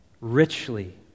richly